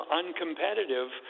uncompetitive